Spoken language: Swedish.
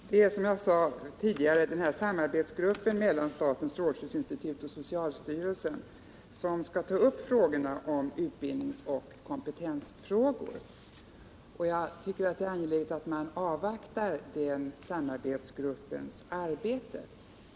Herr talman! Det är som jag sade tidigare, att den här samarbetsgruppen mellan statens strålskyddsinstitut och socialstyrelsen skall ta upp utbildningsoch kompetensfrågor, och jag tycker det är angeläget att man avvaktar samarbetsgruppens arbete.